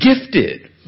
gifted